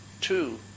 Two